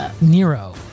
Nero